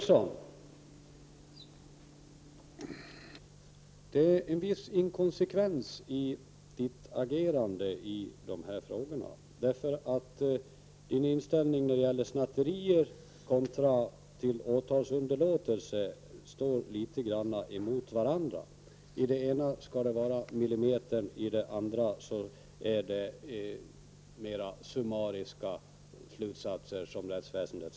Det är en viss inkonsekvens i Göran Ericssons agerande när det gäller dessa frågor. Göran Ericssons inställning till åtalsunderlåtelse vid snatterier är något kluven. I det ena fallet skall rättsväsendet tillämpa millimeterrättvisa, i det andra är det fråga om mera summarisk tillämpning.